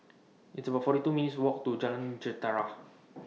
It's about forty two minutes' Walk to Jalan Jentera